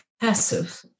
passive